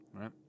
right